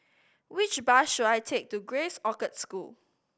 which bus should I take to Grace Orchard School